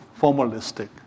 formalistic